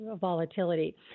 volatility